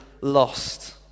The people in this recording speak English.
lost